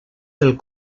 del